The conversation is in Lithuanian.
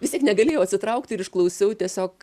vis tiek negalėjau atsitraukti ir išklausiau tiesiog